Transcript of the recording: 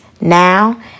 Now